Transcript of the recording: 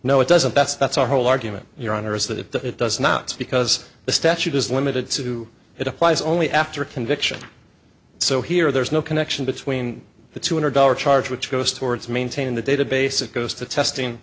no it doesn't that's that's a whole argument your honor is that that it does not because the statute is limited to it applies only after conviction so here there is no connection between the two hundred dollars charge which goes towards maintaining the database it goes to testing